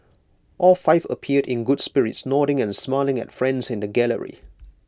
all five appeared in good spirits nodding and smiling at friends in the gallery